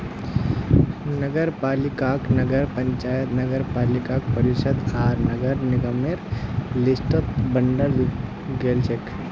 नगरपालिकाक नगर पंचायत नगरपालिका परिषद आर नगर निगमेर लिस्टत बंटाल गेलछेक